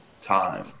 time